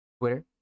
Twitter